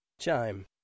chime